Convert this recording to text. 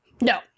No